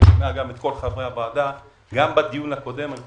גם בדיון הקודם הדברים שנאמרו על ידי חברי הוועדה,